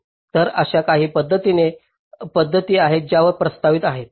तर अशा काही पद्धती आहेत ज्या प्रस्तावित आहेत